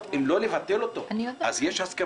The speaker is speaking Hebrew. אם לא מדובר על ביטולו, יש הסכמה.